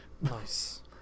Nice